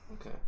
okay